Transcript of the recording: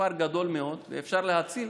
מספר גדול מאוד, ואפשר להציל